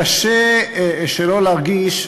קשה שלא להרגיש,